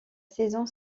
saison